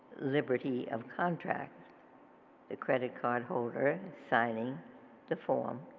liberty of contract the credit card holder signing the form,